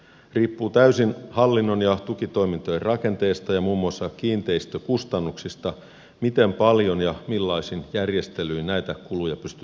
riippuu täysin hallinnon ja tukitoimintojen rakenteesta ja muun muassa kiinteistökustannuksista miten paljon ja millaisin järjestelyin näitä kuluja pystytään vähentämään